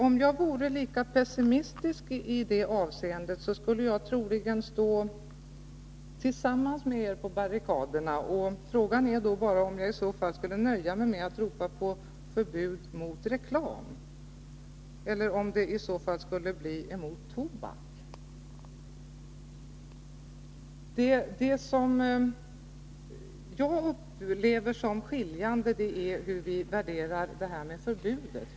Om jag vore lika pessimistisk i det avseendet, skulle jag troligen stå tillsammans med er på barrikaderna. Frågan är då bara, om jag i så fall skulle nöja mig med att ropa på förbud mot reklam eller om det skulle vara förbud mot tobak. Det som jag upplever som skiljande är hur vi värderar själva förbudet.